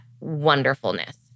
wonderfulness